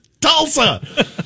Tulsa